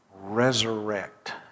resurrect